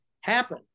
happen